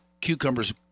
cucumbers